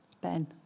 Ben